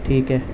ٹھیک ہے